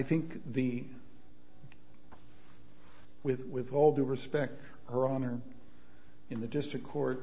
think the with with all due respect her honor in the district court